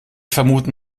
vermuten